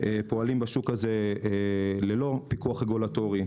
פועלים בשוק הזה ללא פיקוח רגולטורי,